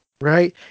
right